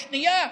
יש שנייה,